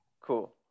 cool